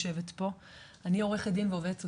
פה לא כמשפטנית ולא כעובדת סוציאלית,